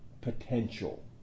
potential